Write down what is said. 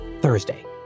Thursday